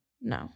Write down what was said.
No